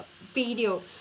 video